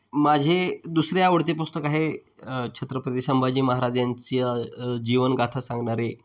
माझे दुसरे आवडते पुस्तक आहे छत्रपती संभाजी महाराज यांच्या जीवनगाथा सांगणारे